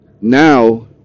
Now